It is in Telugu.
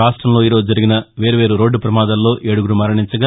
రాష్ట్రంలో ఈ రోజు జరిగిన వేర్వేరు రోడ్డు పమాదాల్లో ఏడుగురు మరణించగా